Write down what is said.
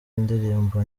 indirimbo